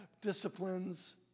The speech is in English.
disciplines